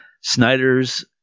Snyder's